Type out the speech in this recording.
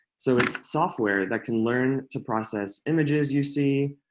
so it's software that can learn to process images you see,